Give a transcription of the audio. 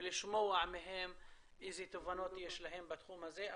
ולשמוע מהם איזה תובנות יש להם בתחום הזה.